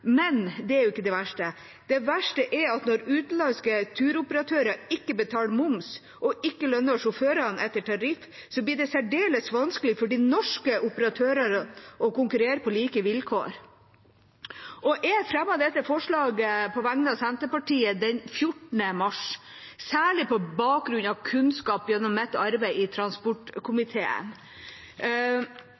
Men det er ikke det verste. Det verste er at når utenlandske turoperatører ikke betaler moms, og ikke lønner sjåførene etter tariff, blir det særdeles vanskelig for de norske operatørene å konkurrere på like vilkår. Jeg fremmet dette forslaget på vegne av Senterpartiet den 14. mars, særlig på bakgrunn av kunnskap gjennom mitt arbeid i transportkomiteen.